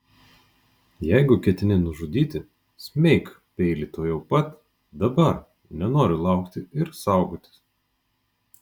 jeigu ketini nužudyti smeik peilį tuojau pat dabar nenoriu laukti ir saugotis